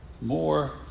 more